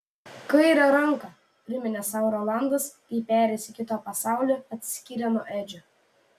kaire ranka priminė sau rolandas kai perėjęs į kitą pasaulį atsiskyrė nuo edžio